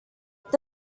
this